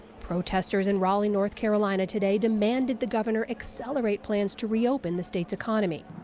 protesters in raleigh, north carolina, today demanded the governor accelerate plans to reopen the state's economy.